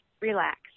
relax